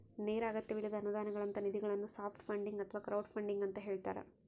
ನೇರ ಅಗತ್ಯವಿಲ್ಲದ ಅನುದಾನಗಳಂತ ನಿಧಿಗಳನ್ನು ಸಾಫ್ಟ್ ಫಂಡಿಂಗ್ ಅಥವಾ ಕ್ರೌಡ್ಫಂಡಿಂಗ ಅಂತ ಹೇಳ್ತಾರ